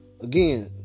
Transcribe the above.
Again